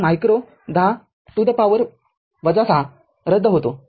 तरमायक्रो १० to the power ६ घात रद्द होतो